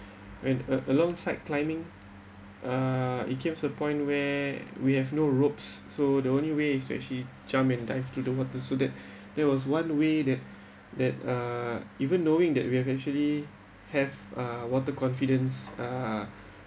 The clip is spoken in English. and a~ a~ alongside climbing uh it came a point where we have no ropes so the only way is to actually jumped and dived to the water so that there was one way that that uh even knowing that we have actually have uh water confidence uh